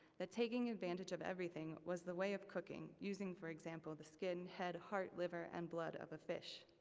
that taking advantage of everything was the way of cooking, using for example the skin, head, heart, liver, and blood of a fish.